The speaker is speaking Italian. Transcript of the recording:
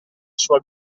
sua